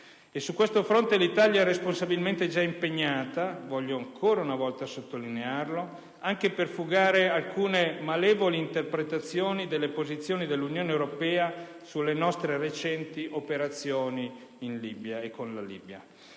Su questo fronte l'Italia è già responsabilmente impegnata; desidero ricordarlo ancora una volta, anche per fugare alcune malevole interpretazioni delle posizioni dell'Unione europea sulle nostre recenti operazioni in Libia e con la Libia.